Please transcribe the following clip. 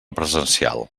presencial